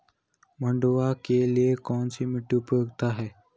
मंडुवा के लिए कौन सी मिट्टी उपयुक्त है?